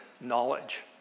knowledge